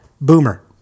Boomer